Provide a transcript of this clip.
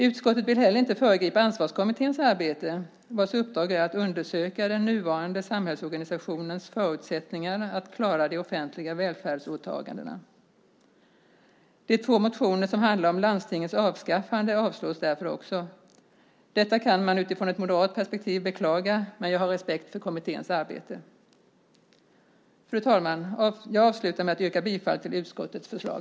Utskottet vill inte heller föregripa Ansvarskommitténs arbete, vars uppdrag är att undersöka den nuvarande samhällsorganisationens förutsättningar att klara de offentliga välfärdsåtagandena. De två motioner som handlar om landstingens avskaffande avstyrks därför också. Detta kan man utifrån ett moderat perspektiv beklaga, men jag har respekt för kommitténs arbete. Fru talman! Jag avslutar med att yrka bifall till utskottets förslag.